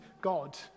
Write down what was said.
God